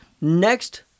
Next